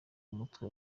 umutwe